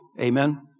Amen